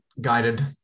guided